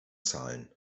zahlen